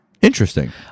interesting